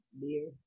beer